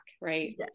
right